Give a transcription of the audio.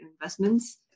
investments